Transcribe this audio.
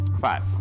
Five